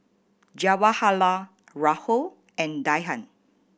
Jawaharlal Rahul and Dhyan